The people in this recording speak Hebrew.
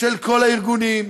של כל הארגונים,